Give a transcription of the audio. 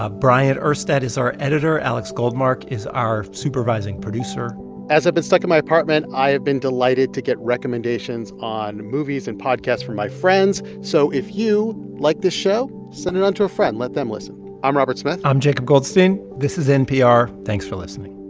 ah bryant urstadt is our editor. alex goldmark is our supervising producer as i've been stuck in my apartment, i have been delighted to get recommendations on movies and podcasts from my friends. so if you like this show, send it on to a friend. let them listen i'm robert smith i'm jacob goldstein. this is npr. thanks for listening